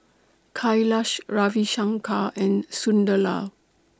Kailash Ravi Shankar and Sunderlal